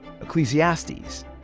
Ecclesiastes